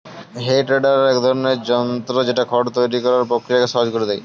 হে tedder হচ্ছে এক ধরণের যন্ত্র যেটা খড় তৈরী করার প্রক্রিয়াকে সহজ করে দেয়